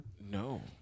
No